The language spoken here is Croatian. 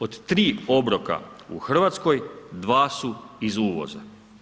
Od tri obroka u Hrvatskoj, dva su iz uvoza.